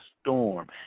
storm